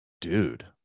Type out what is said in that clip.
dude